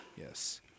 Yes